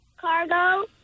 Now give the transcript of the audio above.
Cargo